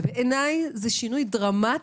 בעיניי, זה שינוי דרמטי,